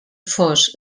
fos